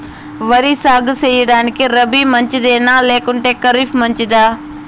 వరి సాగు సేయడానికి రబి మంచిదా లేకుంటే ఖరీఫ్ మంచిదా